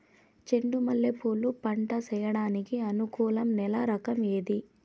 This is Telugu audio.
చెండు మల్లె పూలు పంట సేయడానికి అనుకూలం నేల రకం ఏది